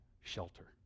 shelter